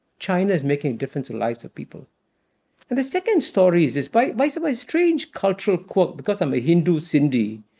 china is making difference in lives of people. and the second story is despite by so some strange cultural quirk, because i'm a hindu sindhi,